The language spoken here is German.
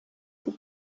sie